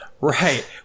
Right